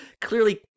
clearly